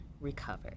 recovered